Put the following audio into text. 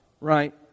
right